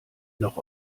noch